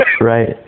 Right